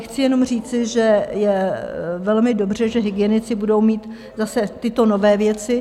Chci jenom říci, že je velmi dobře, že hygienici budou mít zase tyto nové věci.